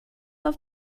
auf